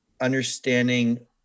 understanding